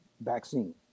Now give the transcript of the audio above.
vaccine